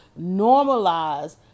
normalize